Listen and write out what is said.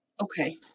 Okay